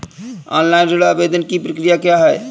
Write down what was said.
Online ऋण आवेदन की प्रक्रिया क्या है?